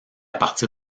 partir